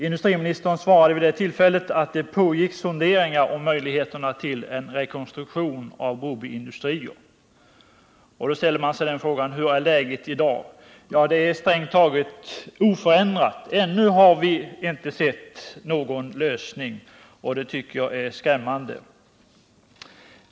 Industriministern svarade vid det tillfället att det pågick sonderingar om möjligheterna till rekonstruktion av Broby Industrier. Då ställer man sig frågan: Hur är läget i dag? Ja, det är strängt taget oförändrat. Ännu har vi inte sett någon lösning, och det tycker jag är skrämmande.